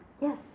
Yes